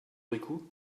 bricout